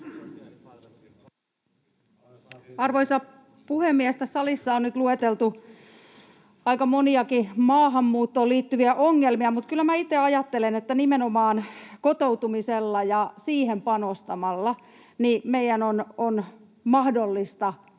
Arvoisa puhemies! Tässä salissa on nyt lueteltu aika moniakin maahanmuuttoon liittyviä ongelmia, mutta kyllä minä itse ajattelen, että nimenomaan kotoutumisella ja siihen panostamalla meidän on mahdollista